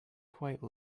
quite